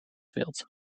wild